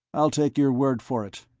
i'll take your word for it.